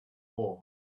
war